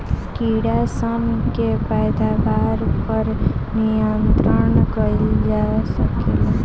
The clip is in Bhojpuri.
कीड़ा सन के पैदावार पर नियंत्रण कईल जा सकेला